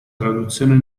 traduzione